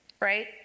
right